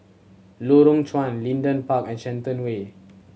Lorong Chuan Leedon Park and Shenton Way